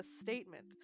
statement